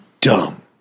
dumb